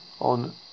on